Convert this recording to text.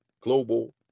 global